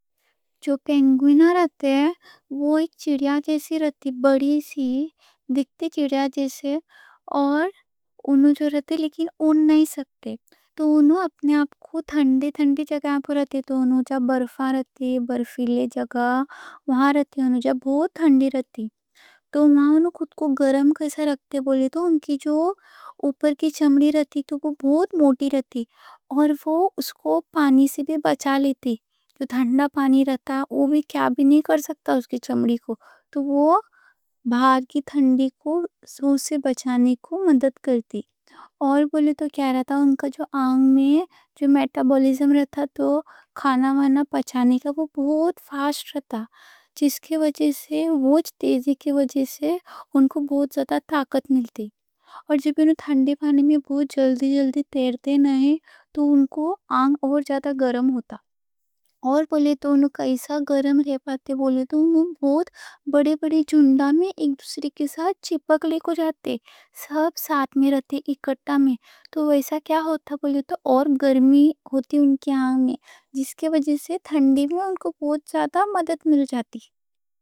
پینگوئن چڑیا جیسے دکھتے، بڑی سی چڑیا جیسے، اور انہوں اُڑ نئی سکتے۔ تو انہوں ٹھنڈی ٹھنڈی جگہ پر رہتے، جہاں برف رہتی، برفیلی جگہ بہت ٹھنڈی رہتی۔ تو وہاں انہوں خود کو گرم کیسے رکھتے بولے تو، ان کی اوپر کی چمڑی بہت موٹی رہتی، اور وہ اس کو پانی سے بھی بچا لیتی۔ تھنڈا پانی رہتا، وہ بھی کوئی بھی نئی کر سکتا اس کی چمڑی کو۔ تو وہ تھنڈ سے بچانے کوں مدد کرتی۔ اور بولے تو کیا رہتا، ان کا جو آنگ میں میٹابولزم رہتا، کھانا پچانے کا وہ بہت فاسٹ رہتا، جس کی وجہ سے تیزی کے وجہ سے انکو بہت زیادہ طاقت ملتی۔ اور جب انہوں ٹھنڈے پانی میں بہت جلدی جلدی تیرتے، تو ان کی آنگ اور زیادہ گرم ہوتی۔ اور بولے تو انہوں کیسا گرم رہ پاتے بولے تو، انہوں بہت بڑے بڑے جھنڈ میں ایک دوسرے کے ساتھ چپک لے گو جاتے، سب ساتھ میں رہتے، اکٹھے میں۔ تو ویسا کیا ہوتا بولے تو، ان کی آنگ میں اور گرمی ہوتی، جس کی وجہ سے تھنڈی میں انکو بہت زیادہ مدد مل جاتی۔